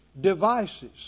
devices